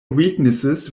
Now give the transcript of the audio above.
weaknesses